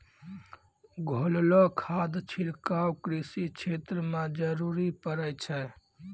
घोललो खाद छिड़काव कृषि क्षेत्र म जरूरी पड़ै छै